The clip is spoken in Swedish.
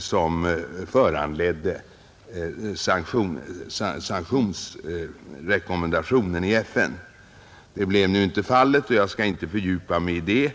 som föranledde sanktionsrekommendationen i Förenta Nationerna. Det blev nu inte fallet, och jag skall inte fördjupa mig i det.